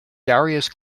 darius